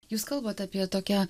jūs kalbat apie tokią